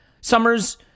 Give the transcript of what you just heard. summer's